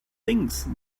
things